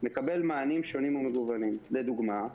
מקבל מענים שונים ומגוונים לדוגמה,